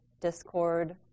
discord